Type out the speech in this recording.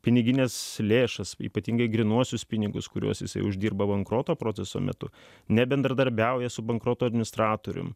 pinigines lėšas ypatingai grynuosius pinigus kuriuos jisai uždirba bankroto proceso metu nebendradarbiauja su bankroto administratoriumi